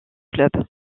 club